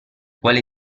quale